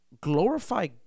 glorify